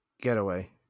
Getaway